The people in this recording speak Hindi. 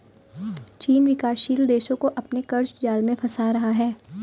चीन विकासशील देशो को अपने क़र्ज़ जाल में फंसा रहा है